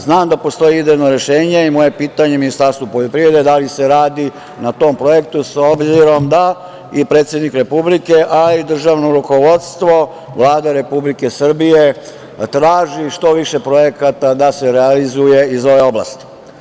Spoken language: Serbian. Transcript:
Znam da postoji idejno rešenje i moje pitanje Ministarstvu poljoprivrede, da li se radi na tom projektu s obzirom da i predsednik Republike, a i državno rukovodstvo, Vlada Republike Srbije da traži što više projekata da se realizuje iz ove oblasti.